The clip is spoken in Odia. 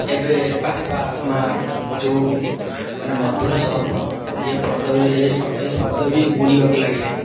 ଏବେ ବାପା ମା' ଯେଉଁ ମାନେ ମଧୁର ଶବ୍ଦ ଏ ବି ଏ ଶବ୍ଦ ବି ବୁଡ଼ିବାକୁ ଲାଗିଲା